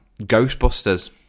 Ghostbusters